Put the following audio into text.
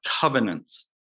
covenants